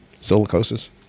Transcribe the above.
silicosis